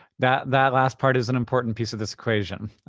that that last part is an important piece of this equation.